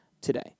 today